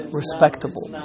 respectable